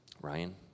Ryan